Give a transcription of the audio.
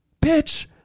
bitch